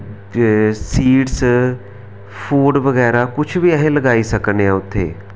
ते सीडस च फूड बगैरा किश बी लगाई सकने आं उत्थें